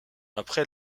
après